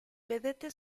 vedete